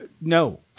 No